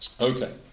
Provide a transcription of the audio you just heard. Okay